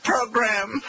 Program